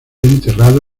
enterrado